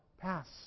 pass